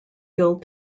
filled